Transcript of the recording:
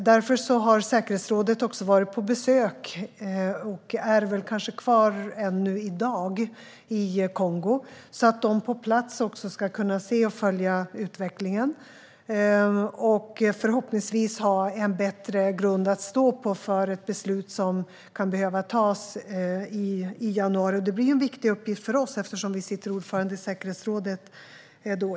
Därför har säkerhetsrådet varit på besök i Kongo och är kanske fortfarande kvar där i dag. De kan alltså se och följa utvecklingen på plats och förhoppningsvis ha en bättre grund att stå på för ett beslut som kan behöva fattas i januari. Det blir en viktig uppgift för Sverige som ordförande i säkerhetsrådet.